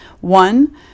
One